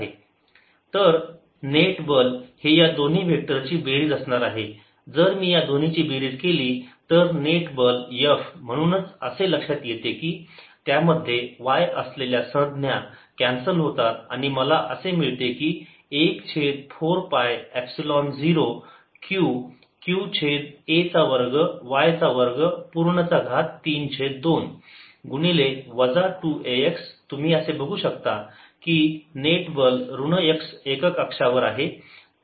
F214π0Qqa2y232 तर नेट बल हे या दोन्ही वेक्टर ची बेरीज असणार आहे जर मी या दोन्हीची बेरीज केली तर नेट बल F म्हणूनच असे लक्षात येते की त्यामध्ये y असलेल्या संज्ञा कॅन्सल होतात आणि मला असे मिळते की 1 छेद 4 पाय एपसिलोन 0 Q q छेद a चा वर्ग y चा वर्ग पूर्ण चा घात 3 छेद 2 गुणिले वजा 2 a x तुम्ही असे बघू शकता की नेट बल ऋण x एकक अक्षावर आहे तर म्हणजे प्रश्न एक झाला आहे